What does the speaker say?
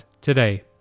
today